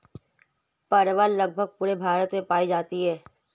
परवल लगभग पूरे भारत में पाई जाती है